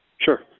Sure